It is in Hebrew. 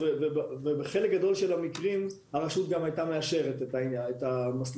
בחלק גדול של המקרים הרשות גם הייתה מאשרת את המיזוגים